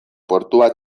portua